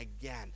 again